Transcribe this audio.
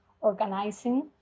organizing